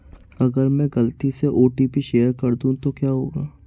अगर मैं गलती से ओ.टी.पी शेयर कर दूं तो क्या होगा?